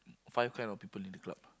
five kind of people in the club